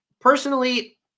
personally